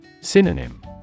Synonym